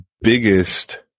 biggest